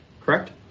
correct